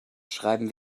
schreiben